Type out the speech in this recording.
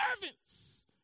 servants